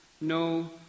no